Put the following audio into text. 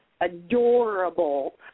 adorable